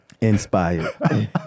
Inspired